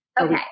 Okay